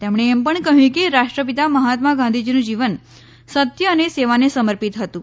તેમણે એમ પણ કહયું કે રાષ્ટ્રપિતા મહાત્મા ગાંધીજીનું જીવન સત્ય અને સેવાને સમર્પિત હતું